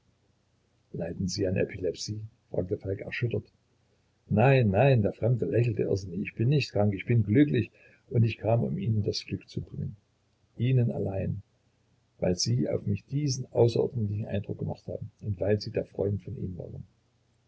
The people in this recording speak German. leiden sie an epilepsie fragte falk erschüttert nein nein der fremde lächelte irrsinnig ich bin nicht krank ich bin glücklich und ich kam um ihnen das glück zu bringen ihnen allein weil sie auf mich diesen außerordentlichen eindruck gemacht haben und weil sie der freund von ihm waren